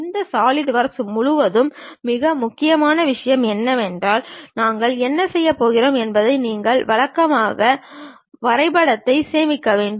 இந்த சாலிட்வொர்க்ஸ் முழுவதும் மிக முக்கியமான விஷயம் என்னவென்றால் நாங்கள் என்ன செய்யப் போகிறோம் என்பதை நீங்கள் வழக்கமாக வரைபடத்தை சேமிக்க வேண்டும்